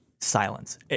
silence